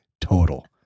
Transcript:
total